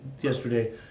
yesterday